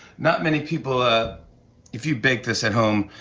not many people ah if you bake this at home,